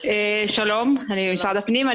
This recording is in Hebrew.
שלום, אני ממשרד הפנים.